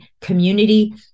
Community